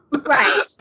right